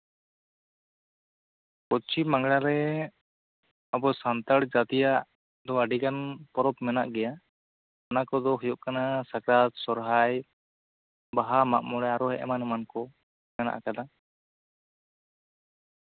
ᱯᱚᱥᱪᱷᱤᱢ ᱵᱟᱝᱞᱟᱨᱮ ᱟᱵᱚ ᱥᱟᱱᱛᱟᱲ ᱡᱟᱹᱛᱤᱭᱟᱜ ᱫᱚ ᱟᱹᱰᱤ ᱜᱟᱱ ᱯᱚᱨᱚᱵᱽ ᱢᱮᱱᱟᱜ ᱜᱮᱭᱟ ᱚᱱᱟ ᱠᱚᱫᱚ ᱦᱩᱭᱩᱜ ᱠᱟᱱᱟ ᱥᱟᱠᱨᱟᱛ ᱥᱚᱨᱦᱟᱭ ᱵᱟᱦᱟ ᱢᱟᱜ ᱢᱚᱬᱮ ᱟᱨᱦᱚᱸ ᱮᱢᱟᱱ ᱮᱢᱟᱱ ᱠᱚ ᱢᱮᱱᱟᱜ ᱠᱟᱫᱟ